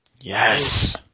Yes